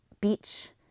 beach